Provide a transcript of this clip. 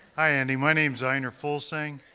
hi, andy. my name's ejner fulsang.